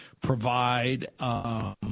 provide